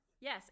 yes